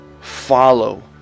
Follow